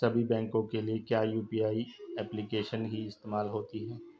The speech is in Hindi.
सभी बैंकों के लिए क्या यू.पी.आई एप्लिकेशन ही इस्तेमाल होती है?